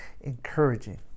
encouraging